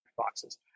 Boxes